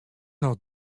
noch